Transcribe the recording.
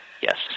Yes